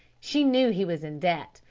she knew he was in debt,